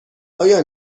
آیا